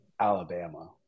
Alabama